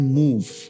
move